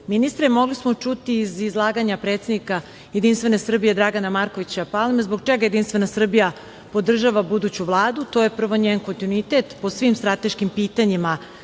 ministre, mogli smo čuti iz izlaganja predsednika JS Dragana Markovića Palme zbog čega JS podržava buduću Vladu. To je prvo njen kontinuitet po svim strateškim pitanjima